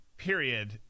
period